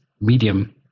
medium